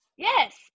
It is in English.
Yes